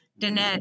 Danette